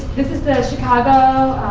this is the chicago